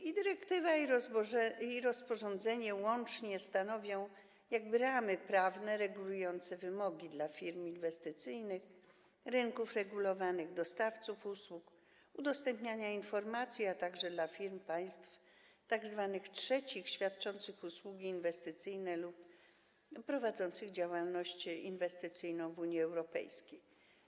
I dyrektywa, i rozporządzenie łącznie stanowią jakby ramy prawne regulujące wymogi dla firm inwestycyjnych, rynków regulowanych, dostawców usług, udostępniania informacji, a także dla firm państw tzw. trzecich świadczących usługi inwestycyjne lub prowadzących działalność inwestycyjną w Unii Europejskiej.